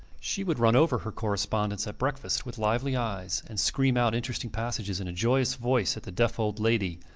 she would run over her correspondence, at breakfast, with lively eyes, and scream out interesting passages in a joyous voice at the deaf old lady,